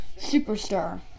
superstar